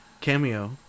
Cameo